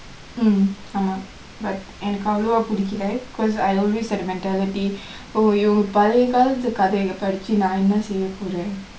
mm ஆமா:aamaa correct எனக்கு அவ்வளவு பிடிக்கல:enakku avvalavaa pidikala because I always had the mentality oh hmm பழைய காலத்து கதைய படிச்சு நா என்னாத்த செய்ய போறேன்:palaiya kaalathu kathaiya padichu naa ennatha seiya poren